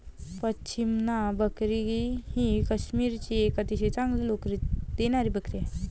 पश्मिना बकरी ही काश्मीरची एक अतिशय चांगली लोकरी देणारी बकरी आहे